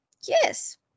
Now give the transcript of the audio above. Yes